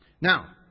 Now